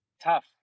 tough